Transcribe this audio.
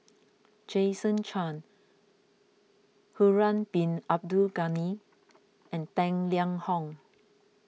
Jason Chan Harun Bin Abdul Ghani and Tang Liang Hong